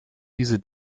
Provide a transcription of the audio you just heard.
diese